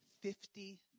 Fifty